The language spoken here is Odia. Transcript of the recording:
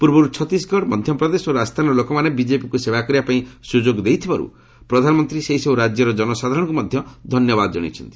ପୂର୍ବରୁ ଛତିଶଗଡ଼ ମଧ୍ୟପ୍ରଦେଶ ଓ ରାଜସ୍ଥାନର ଲୋକମାନେ ବିଜେପିକୁ ସେବା କରିବା ପାଇଁ ସୁଯୋଗ ଦେଇଥିବାରୁ ପ୍ରଧାନମନ୍ତ୍ରୀ ସେହିସବୁ ରାଜ୍ୟର ଜନସାଧାରଣଙ୍କୁ ମଧ୍ୟ ଧନ୍ୟବାଦ ଜଣାଇଛନ୍ତି